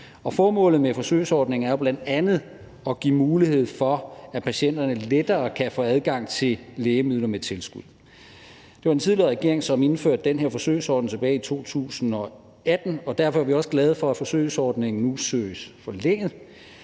formålet med forsøgsordningen er jo bl.a. at give mulighed for, at patienterne lettere kan få adgang til lægemidler med tilskud. Det var den tidligere regering, som indførte den her forsøgsordning tilbage i 2018, og derfor er vi også glade for, at forsøgsordningen nu søges forlænget.